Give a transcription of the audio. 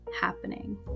happening